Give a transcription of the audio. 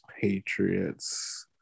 Patriots